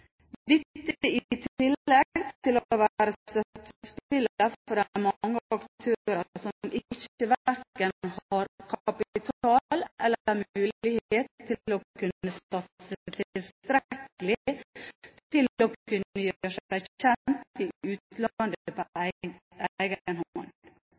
dette i tillegg til å være støttespiller for de mange aktører som verken har kapital eller mulighet til å kunne satse tilstrekkelig til å kunne gjøre seg kjent i utlandet på